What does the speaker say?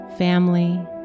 family